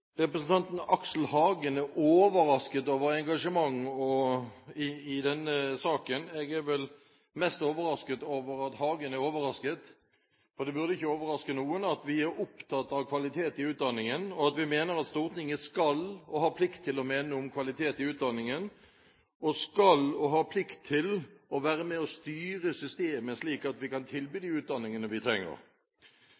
overrasket over engasjementet i denne saken. Jeg er vel mest overrasket over at Hagen er overrasket, for det burde ikke overraske noen at vi er opptatt av kvalitet i utdanningen, og at vi mener at Stortinget skal mene, og har plikt til å mene, noe om kvalitet i utdanningen, og skal være med, og har plikt til å være med, og styre systemet slik at vi kan tilby